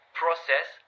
process